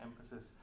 emphasis